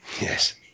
Yes